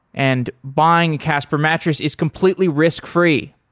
and buying a casper mattress is completely risk-free.